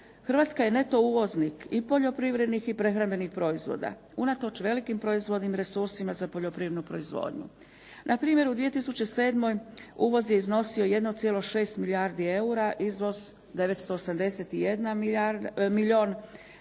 Hrvatska je neto uvoznik i poljoprivrednih i prehrambenih proizvoda unatoč velikim proizvodnim resursima za poljoprivrednu proizvodnju. Na primjer, u 2007. uvoz je iznosio 1,6 milijardi eura, izvoz 981 milijun pa